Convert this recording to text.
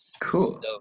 cool